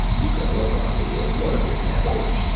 you can look on me as one of your candles,